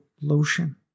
lotion